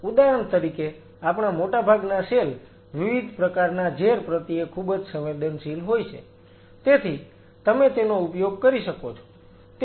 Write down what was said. ઉદાહરણ તરીકે આપણા મોટાભાગના સેલ વિવિધ પ્રકારના ઝેર પ્રત્યે ખૂબ સંવેદનશીલ હોય છે તેથી તમે તેનો ઉપયોગ કરી શકો છો